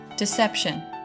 deception